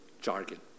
jargon